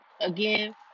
again